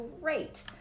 great